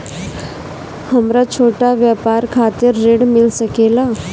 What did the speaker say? हमरा छोटा व्यापार खातिर ऋण मिल सके ला?